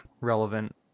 relevant